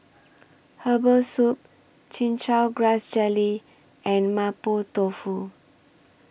Herbal Soup Chin Chow Grass Jelly and Mapo Tofu